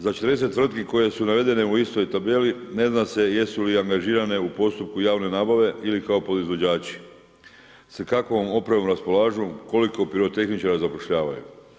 Za 40 tvrtki koje su navedene u istoj tabeli ne zna se jesu li angažirane u postupku javne nabave ili kao podizvođači, sa kakvom opremom raspolažu, koliko pirotehničara zapošljavaju.